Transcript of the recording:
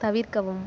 தவிர்க்கவும்